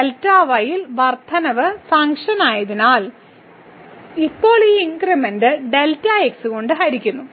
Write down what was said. യിലെ വർദ്ധനവ് ഫംഗ്ഷനായതിനാൽ ഇപ്പോൾ ഈ ഇൻക്രിമെന്റ് കൊണ്ട് ഹരിക്കുന്നു